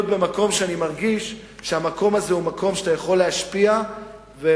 במקום שאתה מרגיש שאתה יכול להשפיע בו,